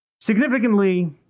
significantly